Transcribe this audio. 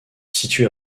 situé